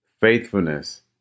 faithfulness